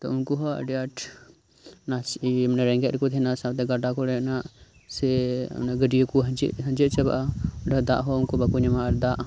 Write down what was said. ᱛᱚ ᱩᱱᱠᱩ ᱦᱚᱸ ᱟᱰᱤ ᱟᱸᱴ ᱱᱟᱥᱮ ᱢᱟᱱᱮ ᱨᱮᱸᱜᱮᱡ ᱨᱮᱠᱚ ᱛᱟᱦᱮᱱᱟ ᱥᱟᱶᱛᱮ ᱜᱟᱰᱟ ᱠᱚᱨᱮᱱᱟᱜ ᱥᱮ ᱚᱱᱮ ᱜᱟᱹᱰᱤᱭᱟ ᱠᱚ ᱟᱸᱡᱮᱫ ᱟᱸᱡᱮᱫ ᱪᱟᱵᱟᱜᱼᱟ ᱚᱸᱰᱮ ᱫᱟᱜ ᱦᱚᱸ ᱩᱱᱠᱩ ᱵᱟᱠᱚ ᱧᱟᱢᱟ ᱟᱨ ᱫᱟᱜ